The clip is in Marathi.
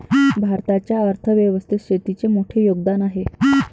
भारताच्या अर्थ व्यवस्थेत शेतीचे मोठे योगदान आहे